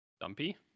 dumpy